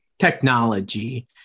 technology